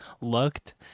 looked